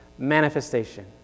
manifestation